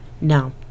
Now